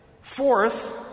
Fourth